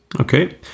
Okay